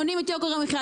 מונעים את יוקר המחיה,